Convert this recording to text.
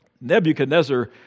Nebuchadnezzar